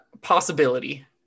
possibility